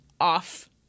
off